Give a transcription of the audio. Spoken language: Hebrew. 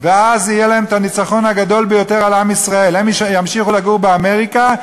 ואז יהיה להם הניצחון הגדול ביותר על עם ישראל: הם ימשיכו לגור באמריקה,